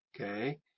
okay